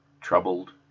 troubled